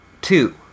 two